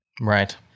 Right